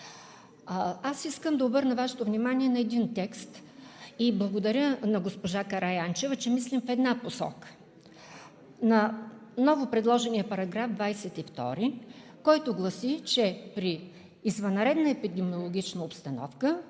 Аз искам да обърна Вашето внимание на един текст и благодаря на госпожа Караянчева, че мислим в една посока. Новопредложеният § 22 гласи, че при извънредна епидемиологична обстановка